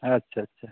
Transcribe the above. ᱟᱪᱪᱷᱟ ᱪᱷᱟ